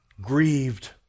grieved